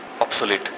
Obsolete